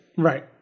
Right